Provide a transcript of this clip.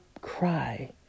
cry